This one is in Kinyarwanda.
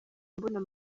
mbona